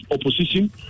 opposition